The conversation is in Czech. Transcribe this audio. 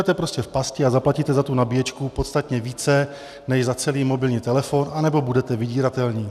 Budete prostě v pasti a zaplatíte za tu nabíječku podstatně více než za celý mobilní telefon, anebo budete vydíratelní.